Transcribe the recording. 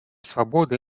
свободы